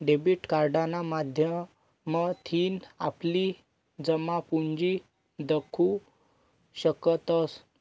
debit कार्डना माध्यमथीन आपली जमापुंजी दखु शकतंस